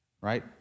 Right